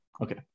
Okay